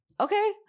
Okay